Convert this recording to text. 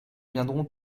viendront